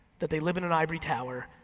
that they live in an ivory tower,